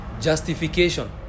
justification